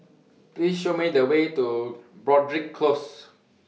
Please Show Me The Way to Broadrick Close